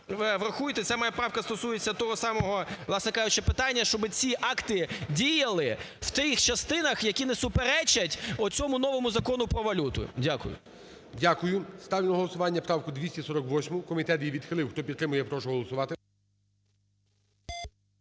врахуйте, ця моя правка стосується того самого, власне кажучи, питання, щоб ці акти діяли в тих частинах, які не суперечать цьому новому Закону про валюту. Дякую. ГОЛОВУЮЧИЙ. Дякую. Ставлю на голосування правку 248. Комітет її відхилив. Хто підтримує, я прошу голосувати.